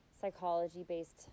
psychology-based